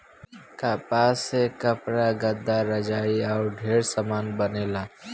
कपास से कपड़ा, गद्दा, रजाई आउर ढेरे समान बनेला